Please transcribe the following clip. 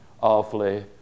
awfully